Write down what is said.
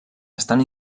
estan